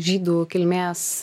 žydų kilmės